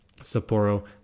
Sapporo